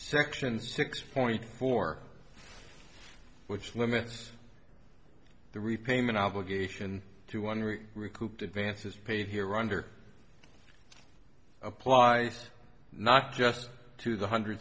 sections six point four which limits the repayment obligation to one or recouped advances paid here rounder applies not just to the hundred